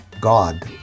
God